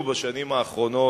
שמה שאתה אמרת לא נכון.